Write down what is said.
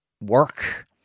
work